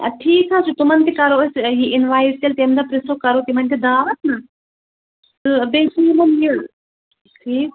اَدٕ ٹھیٖک حظ چھُ تِمن تہِ کَرو أسۍ یہِ اِنوَایٹ تیلہِ تمہِ دۄہ پرٕژٚھو کَرو تِمن تہِ دعوت نا تہٕ بیٚیہِ چھُ یِمن یہِ ٹھیٖک